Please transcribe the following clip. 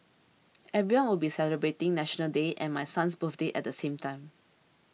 everyone will be celebrating National Day and my son's birthday at the same time